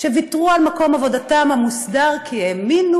שוויתרו על מקום עבודתם המוסדר כי האמינו